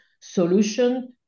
solution